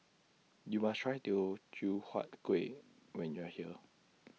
YOU must Try Teochew Huat Kueh when YOU Are here